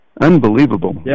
Unbelievable